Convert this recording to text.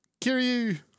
Kiryu